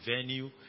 venue